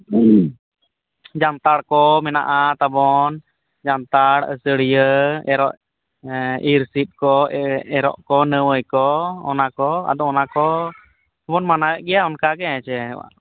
ᱡᱟᱱᱛᱷᱟᱲᱠᱚ ᱢᱮᱱᱟᱜᱼᱟ ᱛᱟᱵᱚᱱ ᱡᱟᱱᱛᱷᱟᱲ ᱟᱹᱥᱟᱹᱲᱤᱭᱟᱹ ᱮᱨᱚᱜ ᱤᱨᱥᱤᱫᱠᱚ ᱮᱨᱚᱜᱠᱚ ᱱᱮᱣᱚᱭᱠᱚ ᱚᱱᱟᱠᱚ ᱟᱫᱚ ᱚᱱᱟ ᱠᱚᱵᱚᱱ ᱢᱟᱱᱟᱣᱮᱫ ᱜᱮᱭᱟ ᱚᱱᱠᱟᱜᱮ ᱦᱮᱸᱥᱮ